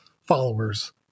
followers